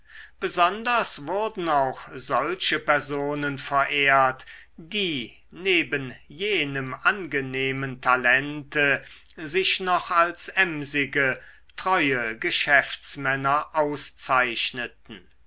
besonders wurden auch solche personen verehrt die neben jenem angenehmen talente sich noch als emsige treue geschäftsmänner auszeichneten